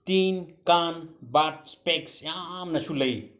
ꯇꯤꯟ ꯀꯥꯡ ꯕꯥꯔꯠ ꯏꯁꯄꯦꯛꯁ ꯌꯥꯝꯅꯁꯨ ꯂꯩ